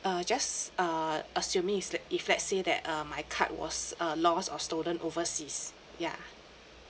uh just err assuming is that if let's say that uh my card was err lost or stolen overseas yeah